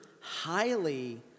highly